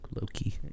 Loki